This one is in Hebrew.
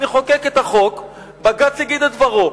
נחוקק את החוק, בג"ץ יגיד את דברו.